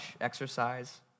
exercise